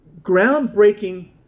groundbreaking